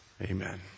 Amen